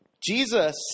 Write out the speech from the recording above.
Jesus